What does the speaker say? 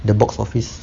the box office